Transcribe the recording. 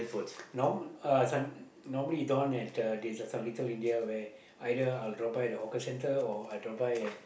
norm~ uh this one normally this one there's a Little-India where either I drop by the hawker centre or I drop by a